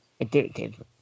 addictive